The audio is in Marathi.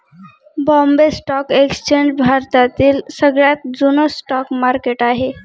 बॉम्बे स्टॉक एक्सचेंज भारतातील सगळ्यात जुन स्टॉक मार्केट आहे